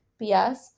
BS